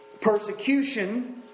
persecution